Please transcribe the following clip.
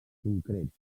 concret